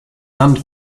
and